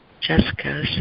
Jessica